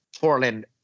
Portland